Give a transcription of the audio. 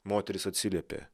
moteris atsiliepė